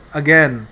again